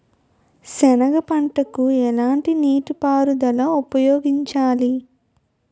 సెనగ పంటకు ఎలాంటి నీటిపారుదల ఉపయోగించాలి?